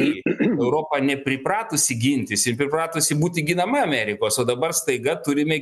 į europą nepripratusi gintis ji pripratusi būti ginama amerikos o dabar staiga turime